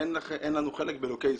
אין לנו חלק באלוקי ישראל.